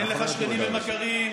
אין לך שכנים ומכרים,